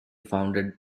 founded